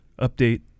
update